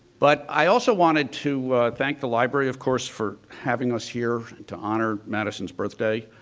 but i also wanted to thank the library of course for having us here to honor madison's birthday.